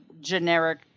generic